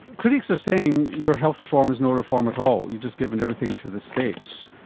critics are saying your health reform is no reform at all you've just given everything to the states.